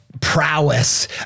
prowess